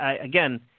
again